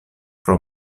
pro